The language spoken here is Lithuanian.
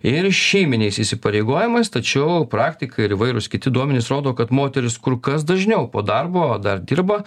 ir šeiminiais įsipareigojimais tačiau praktika ir įvairūs kiti duomenys rodo kad moterys kur kas dažniau po darbo dar dirba